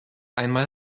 einmal